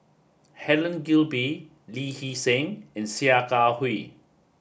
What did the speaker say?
Helen Gilbey Lee Hee Seng and Sia Kah Hui